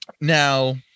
now